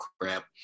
crap